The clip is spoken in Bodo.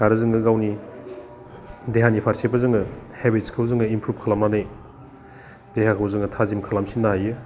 आरो जोङो गावनि देहानि फारसेबो जोङो हेबिट्सखौ जोङो इमप्रुभ खालामनानै देहाखौ जोङो थाजिम खालामफिननो हायो